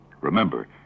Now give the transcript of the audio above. Remember